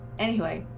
anyway